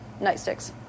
nightsticks